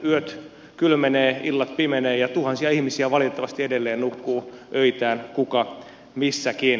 yöt kylmenevät illat pimenevät ja tuhansia ihmisiä valitettavasti edelleen nukkuu öitään kuka missäkin